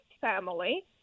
family